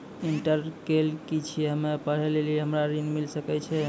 Inter केल छी हम्मे और पढ़े लेली हमरा ऋण मिल सकाई?